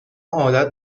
عادت